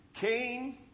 Cain